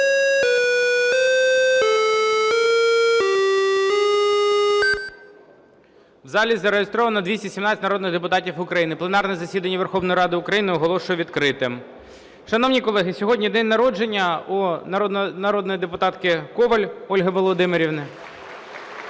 В залі зареєстровано 217 народних депутатів України. Пленарне засідання Верховної Ради України оголошую відкритим. Шановні колеги, сьогодні день народження у народної депутатки Коваль Ольги Володимирівни.